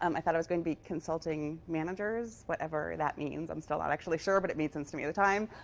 um i thought i was going be consulting managers, whatever that means. i'm still not actually sure, but it made sense to me at the time.